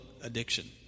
addiction